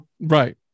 Right